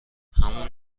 همون